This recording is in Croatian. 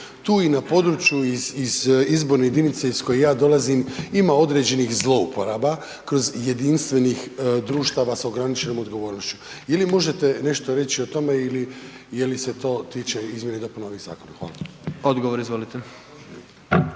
Tu i na području iz izborne jedinice iz koje ja dolazim ima određenih zlouporaba kroz jedinstvenih društava s ograničenom odgovornošću. Je li možete nešto reći o tome ili je li se to tiče izmjena i dopuna ovih zakona? Hvala. **Jandroković,